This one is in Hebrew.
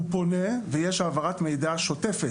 הוא פונה ויש העברת מידע שוטפת.